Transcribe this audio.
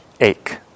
ache